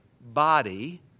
body